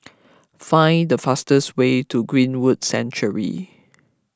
find the fastest way to Greenwood Sanctuary